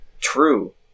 True